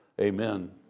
amen